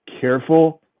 careful